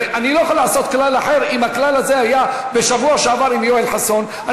ואני לא יכול לעשות כלל אחר אם הכלל הזה היה בשבוע שעבר עם יואל חסון.